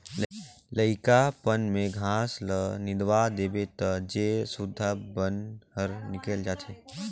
लइकापन में घास ल निंदवा देबे त जेर सुद्धा बन हर निकेल जाथे